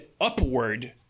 upward